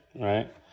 right